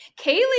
Kaylee